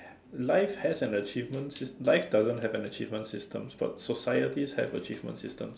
life has an achievement system life doesn't have an achievement system but society have achievement system